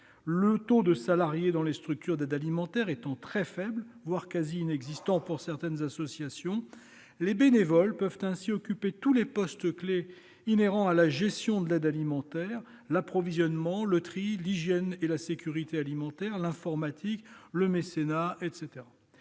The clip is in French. Le taux de salariés dans les structures d'aide alimentaire étant très faible, voire quasi inexistant dans certaines associations, les bénévoles peuvent ainsi occuper tous les postes-clés inhérents à la gestion de l'aide alimentaire : l'approvisionnement, le tri, l'hygiène et la sécurité alimentaire, l'informatique, le mécénat, etc.